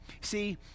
See